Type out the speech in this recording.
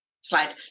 slide